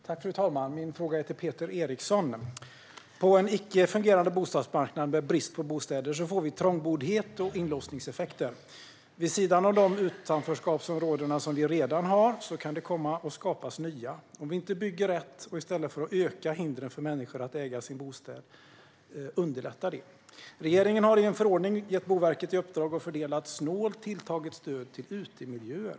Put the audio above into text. Fru talman! Min fråga är till Peter Eriksson. På en icke fungerande bostadsmarknad med brist på bostäder får vi trångboddhet och inlåsningseffekter. Vid sidan av de utanförskapsområden som vi redan har kan det komma att skapas nya om vi inte bygger rätt och underlättar i stället för att öka hindren för människor att äga sina bostäder. Regeringen har i en förordning gett Boverket i uppdrag att fördela ett snålt tilltaget stöd till utemiljöer.